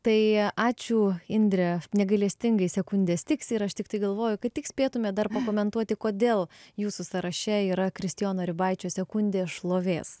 tai ačiū indre negailestingai sekundės tiksi ir aš tiktai galvoju kad tik spėtume dar pakomentuoti kodėl jūsų sąraše yra kristijono ribaičio sekundė šlovės